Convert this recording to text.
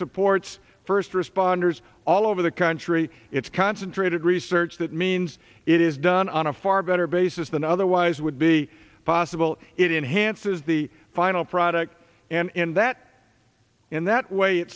supports first responders all over the country it's concentrated research that means it is done on a far better basis than otherwise would be possible it enhances the final product and in that in that way it